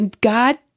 God